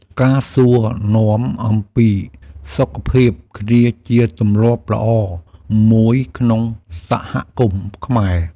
ការសួរនាំអំពីសុខភាពគ្នាជាទម្លាប់ល្អមួយក្នុងសហគមន៍ខ្មែរ។